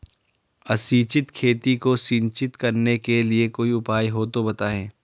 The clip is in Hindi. असिंचित खेती को सिंचित करने के लिए कोई उपाय हो तो बताएं?